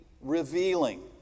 revealing